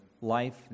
life